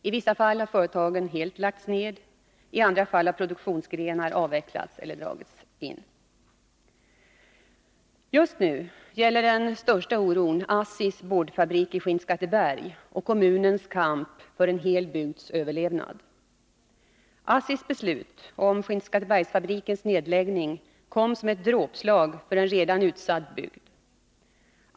I vissa fall har företagen lagts ned helt, i andra fall har produktionsgrenar avvecklats eller dragits ned. Just nu gäller den största oron ASSI:s boardfabrik i Skinnskatteberg och kommunens kamp för en hel bygds överlevnad. ASSI:s beslut om Skinnskattebergsfabrikens nedläggning kom som ett dråpslag för en redan utsatt bygd.